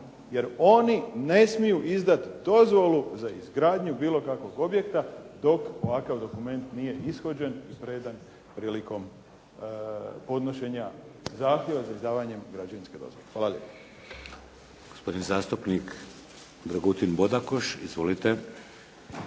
jer oni ne smiju izdati dozvolu za izgradnju bilo kakvog objekta dok ovakav dokument nije ishođen i predan prilikom podnošenja zahtjeva za izdavanjem građevinske dozvole. Hvala